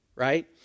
right